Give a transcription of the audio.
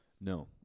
No